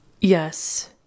Yes